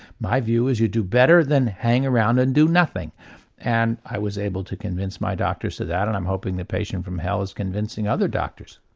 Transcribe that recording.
my view is you do better than hang around and do nothing and i was able to convince my doctors to that and i'm hoping the patient from hell is convincing other doctors.